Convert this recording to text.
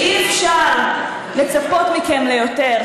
ואתם כבר הראיתם לנו שאי-אפשר לצפות מכם ליותר,